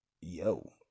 yo